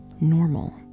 normal